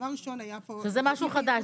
דבר ראשון היה פה --- שזה משהו חדש,